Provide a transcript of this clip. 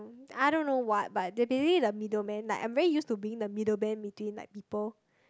I don't know what what basically the middleman like I'm very used to being the middleman between like people